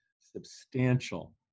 substantial